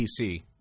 PC